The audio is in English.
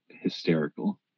hysterical